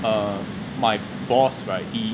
err my boss right he